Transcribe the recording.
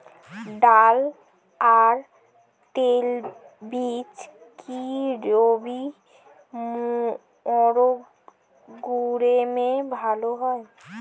ডাল আর তৈলবীজ কি রবি মরশুমে ভালো হয়?